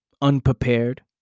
unprepared